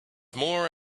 more